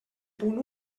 punt